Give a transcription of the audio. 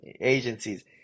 agencies